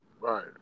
Right